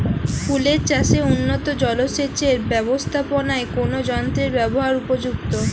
ফুলের চাষে উন্নত জলসেচ এর ব্যাবস্থাপনায় কোন যন্ত্রের ব্যবহার উপযুক্ত?